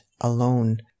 alone